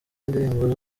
indirimbo